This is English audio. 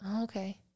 Okay